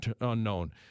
unknown